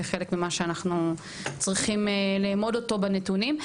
כחלק ממה שאנחנו צריכים לאמוד אותו בנתונים.